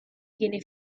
viene